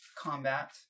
combat